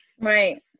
right